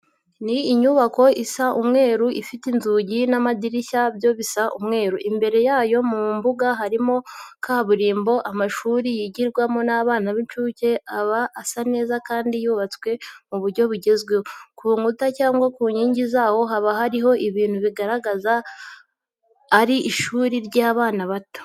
Ni inyubako isa umweru, ifit inzugi n'amadirishya na byo bisa umweru, imbere yayo mu mbuga harimo kaburimbo. Amashuri yigirwamo n'abana b'incuke aba asa neza kandi yubatswe mu buryo bugezweho. Ku nkuta cyangwa ku nkingi zayo haba hariho ibintu bigaragaraza ari ishuri ry'abana bato.